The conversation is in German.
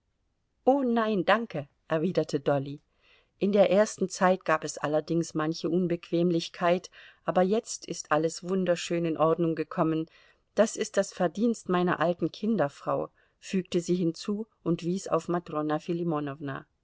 o nein danke erwiderte dolly in der ersten zeit gab es allerdings manche unbequemlichkeit aber jetzt ist alles wunderschön in ordnung gekommen das ist das verdienst meiner alten kinderfrau fügte sie hinzu und wies auf matrona